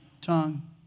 tongue